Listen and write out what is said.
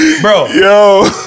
Bro